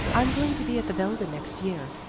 i'm going to be at the belden next year.